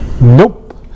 Nope